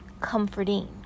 comforting